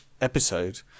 episode